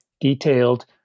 detailed